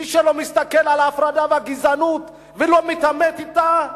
מי שלא מסתכל על ההפרדה והגזענות ולא מתעמת אתן,